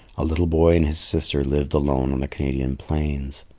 a little boy and his sister lived alone on the canadian plains.